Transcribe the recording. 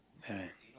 correct